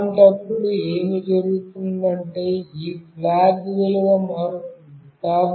అలాంటప్పుడు ఏమి జరుగుతుందంటే ఈ flag విలువ మారుతుంది